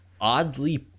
oddly